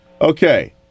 Okay